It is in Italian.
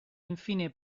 infine